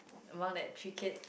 among that three kid